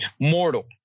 Mortal